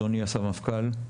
אדוני הסמפכ"ל,